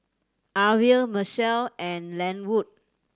Arvel Mitchell and Lenwood